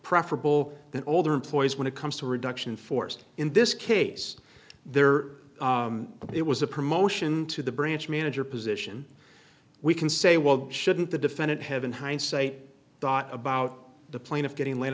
preferable than older employees when it comes to reduction forced in this case their it was a promotion to the branch manager position we can say well shouldn't the defendant have in hindsight thought about the plaintiff getting laid